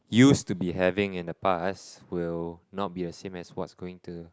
used to be having in the past will not be as same as what's going to